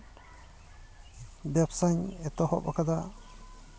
ᱵᱮᱵᱽᱥᱟᱧ ᱮᱛᱚᱦᱚᱵ ᱟᱠᱟᱫᱟ